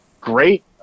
great